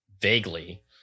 vaguely